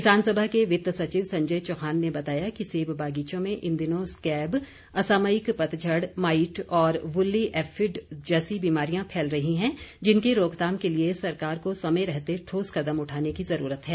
किसान सभा के वित्त सचिव संजय चौहान ने बताया कि सेब बागीचों में इन दिनों स्कैब असामयिक पतझड़ माईट और वूली एफिड जैसी बीमारियां फैल रही हैं जिनकी रोकथाम के लिए सरकार को समय रहते ठोस कदम उठाने की ज़रूरत है